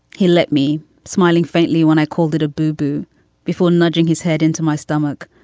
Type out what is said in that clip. he let me smiling faintly when i called it a booboo before nudging his head into my stomach,